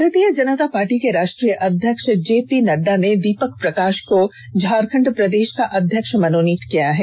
भारतीय जनता पार्टी के राष्ट्रीय अध्यक्ष जेपी नड्डा ने दीपक प्रकाष को झारखंड प्रदेष का अध्यक्ष मनोनीत किया है